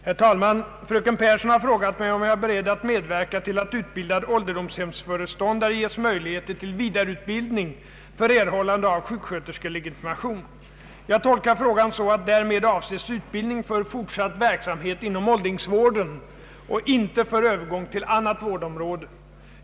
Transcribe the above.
Herr talman! Fröken Pehrsson har frågat mig, om jag är beredd att medverka till att utbildad ålderdomshemsföreståndare ges möjlighet till vidareutbildning för erhållande av sjuksköterskelegitimation. Jag tolkar frågan så att därmed avses utbildning för fortsatt verksamhet inom åldringsvården och inte för övergång till annat vårdområde.